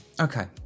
Okay